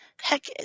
Heck